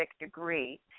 degree